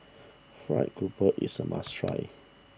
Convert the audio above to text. Fried Garoupa is a must try